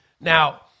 Now